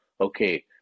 okay